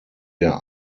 der